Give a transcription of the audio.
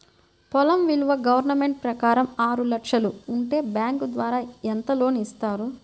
పొలం విలువ గవర్నమెంట్ ప్రకారం ఆరు లక్షలు ఉంటే బ్యాంకు ద్వారా ఎంత లోన్ ఇస్తారు?